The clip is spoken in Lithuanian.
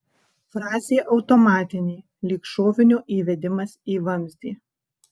frazė automatinė lyg šovinio įvedimas į vamzdį